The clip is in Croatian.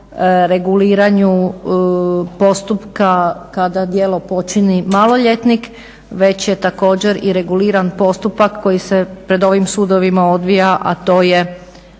reguliranju postupka kada djelo počini maloljetnik već je također i reguliran postupak koji se pred ovim sudovima odvija, a to je